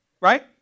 Right